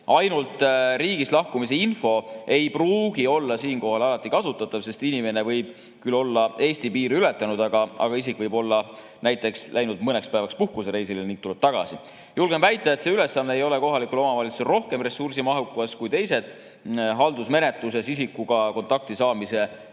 Ainult riigist lahkumise info ei pruugi olla siinkohal alati kasutatav, sest inimene võib küll olla Eesti piiri ületanud, aga ta võib olla läinud näiteks mõneks päevaks puhkusereisile ning tulla tagasi. Julgen väita, et see ülesanne ei ole kohalikule omavalitsusele rohkem ressursimahukas kui teised haldusmenetluses isikuga kontakti saamise üritamise